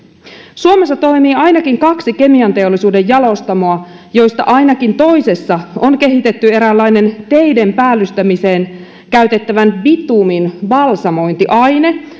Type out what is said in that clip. suomessa toimii ainakin kaksi kemianteollisuuden jalostamoa joista ainakin toisessa on kehitetty eräänlainen teiden päällystämiseen käytettävän bitumin balsamointiaine